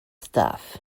staff